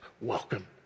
welcome